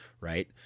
right